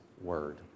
word